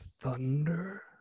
thunder